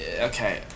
Okay